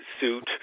suit